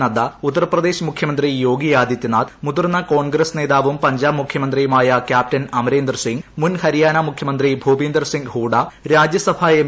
നദ്ദ ഉത്തർപ്രദേശ് മുഖ്യമന്ത്രി യോഗി ആദിത്യനാഥ് മുതിർന്ന കോൺഗ്രസ് നേതാവും പഞ്ചാബ് മുഖ്യമന്ത്രിയുമാട്ട്യാപ്റ്റൻ അമ്രീന്ദർ സിംഗ് മുൻ ഹരിയാന മുഖ്യമന്ത്രി ഭൂപീന്ദർ സിംഗ് ഹൂഡ രാജ്യസഭ എം